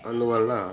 అందువల్ల